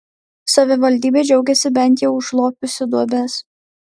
savivaldybė džiaugiasi bent jau užlopiusi duobes